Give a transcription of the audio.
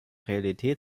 realität